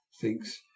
thinks